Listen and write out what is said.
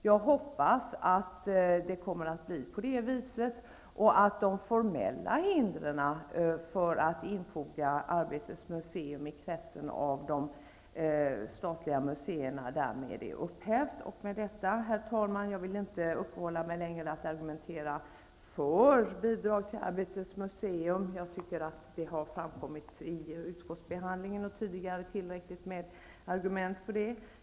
Jag hoppas att så kommer att ske och att de formella hindren för att infoga Herr talman! Jag vill inte uppehålla mig längre med att argumentera för bidrag till Arbetets museum. Jag tycker att det har framkommit i utskottsbehandlingen tidigare tillräckligt med argument för det.